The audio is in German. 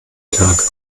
tag